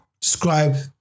describe